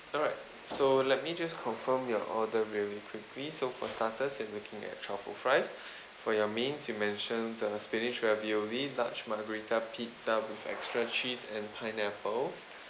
alright so let me just confirm your order very quickly so for starters you are looking at truffle fries for your mains you mentioned the spinach ravioli large margherita pizza with extra cheese and pineapples